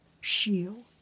shield